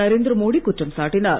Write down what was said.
நரேந்திரமோடி குற்றம் சாட்டினார்